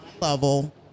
level